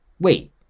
wait